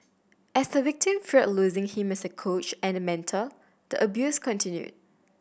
as the victim feared losing him as a coach and mentor the abuse continued